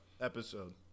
episode